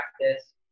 practice